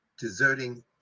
deserting